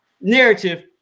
narrative